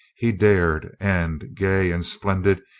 he dared, and, gay and splendid,